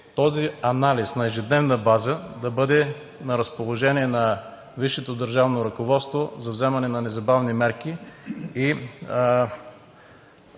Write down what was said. че анализът на ежедневна база да бъде на разположение на висшето държавно ръководство за взимане на незабавни мерки